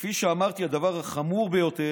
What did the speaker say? וכפי שאמרתי, הדבר החמור ביותר,